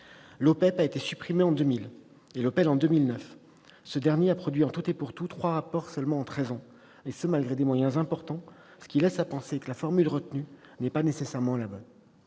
L'OPEPP a été supprimé en 2000, l'OPEL en 2009. Ce dernier a produit, en tout et pour tout, trois rapports en treize ans, malgré des moyens importants. Cela laisse à penser que la formule retenue n'est peut-être pas la bonne.